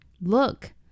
Look